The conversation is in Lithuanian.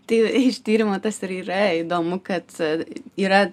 tai iš tyrimo tas ir yra įdomu kad yra